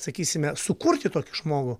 sakysime sukurti tokį žmogų